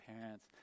parents